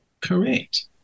Correct